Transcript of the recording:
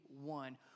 one